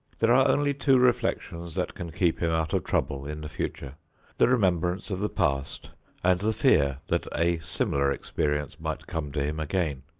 there are only two reflections that can keep him out of trouble in the future the remembrance of the past and the fear that a similar experience might come to him again.